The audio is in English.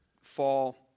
fall